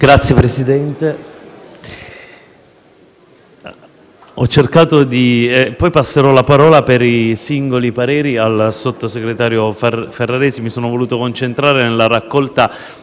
Signor Presidente, prima di passare la parola per i singoli pareri al sottosegretario Ferraresi, mi sono voluto concentrare nella raccolta